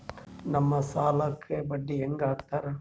ನಮ್ ಸಾಲಕ್ ಬಡ್ಡಿ ಹ್ಯಾಂಗ ಹಾಕ್ತಾರ?